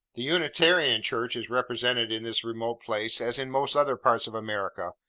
the unitarian church is represented, in this remote place, as in most other parts of america,